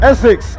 Essex